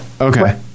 okay